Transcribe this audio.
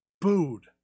booed